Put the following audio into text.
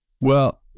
Well-